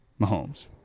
Mahomes